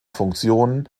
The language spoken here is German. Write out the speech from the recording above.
funktionen